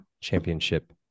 championship